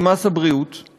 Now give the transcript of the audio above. יודעים שזה חסכוני,